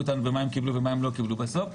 אותנו במה שהם קיבלו ובמה הם לא קיבלו בסוף,